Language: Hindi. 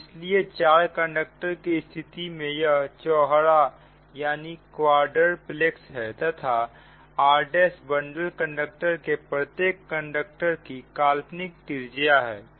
इसलिए 4 कंडक्टर के स्थिति में यह चौहरा है तथा r' बंडल कंडक्टर के प्रत्येक कंडक्टर की काल्पनिक त्रिज्या है